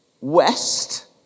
west